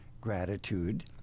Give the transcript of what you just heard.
gratitude